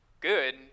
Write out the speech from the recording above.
good